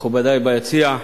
מכובדי ביציע,